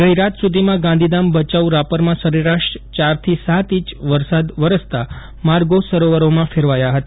ગઇ રાત સુધીમાં ગાંધીધામ ભચાઉ રાપરમાં સરેરાશ ચારથી સાત ઈચ વરસાદ વરસતા માર્ગો સરોવરોમાં ફેરવાયા હતા